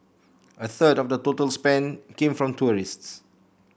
a third of the total spend came from tourists